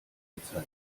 bezeichnen